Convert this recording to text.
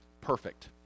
perfect